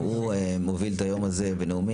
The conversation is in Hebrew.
הוא גם מוביל את היום הזה בנאומים,